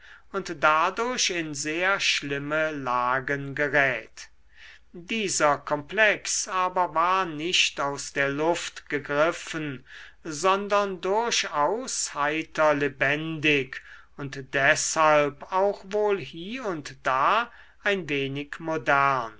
und dadurch in sehr schlimme lagen gerät dieser komplex aber war nicht aus der luft gegriffen sondern durchaus heiter lebendig und deshalb auch wohl hie und da ein wenig modern